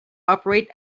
operate